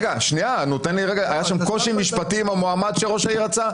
היה שם קושי משפטי עם המועמד שראש העיר רצה.